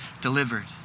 delivered